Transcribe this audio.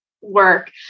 work